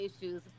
issues